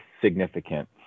significant